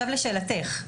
לשאלתך.